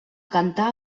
cantar